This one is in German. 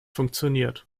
funktioniert